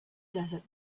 desert